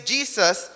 Jesus